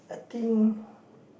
think